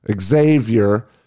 xavier